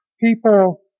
people